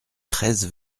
treize